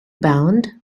bound